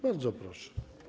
Bardzo proszę.